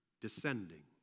descending